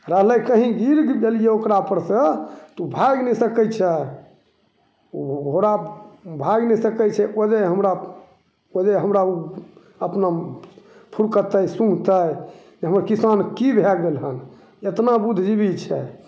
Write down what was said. रहलै कहीँ गिर गेलिए ओकरापरसँ तऽ ओ भागि नहि सकै छै ओ घोड़ा भागि नहि सकै छै ओहिजे हमरा पजे हमरा ओ अपना फुलकतै सुँघतै कि हमर किसानके कि भै गेल हँ एतना बुद्धिजीवी छै